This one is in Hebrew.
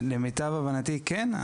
למיטב הבנתי, כן.